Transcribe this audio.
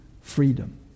freedom